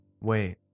Wait